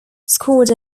scored